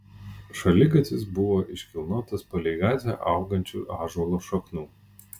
šaligatvis buvo iškilnotas palei gatvę augančių ąžuolo šaknų